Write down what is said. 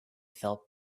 felt